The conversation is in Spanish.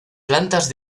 plantas